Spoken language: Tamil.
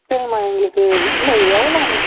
சரிங்கம்மா எங்களுக்கு இல்லை எவ்வளோ